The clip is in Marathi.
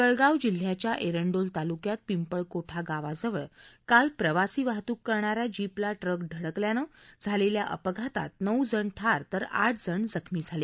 जळगाव जिल्ह्याच्या एरंडोल तालुक्यात पिपळकोठा गावाजवळ काल प्रवासी वाहतूक करणाऱ्या जीपला ट्रक धडकल्यानं झालेल्या अपघातात नऊ जण ठार तर आठ जण जखमी झाले